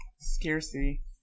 Scarcity